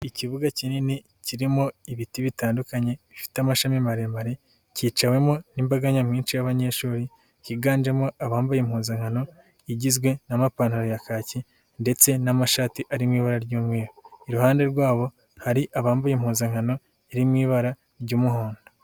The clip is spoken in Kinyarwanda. Ikibuga kinini kirimo ibiti bitandukanye, bifite amashami maremare, kicawemo n'imbaga nyamwinshi y'abanyeshuri, higanjemo abambaye impuzankano igizwe n'amapantaro ya kaki ndetse n'amashati arimo ibara ry'umweru, iruhande rwabo hari abambaye impuzankano iri mu ibara ry'umuhondo.